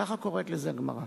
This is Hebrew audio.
ככה קוראת לזה הגמרא.